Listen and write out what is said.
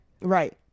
Right